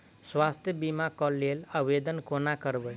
स्वास्थ्य बीमा कऽ लेल आवेदन कोना करबै?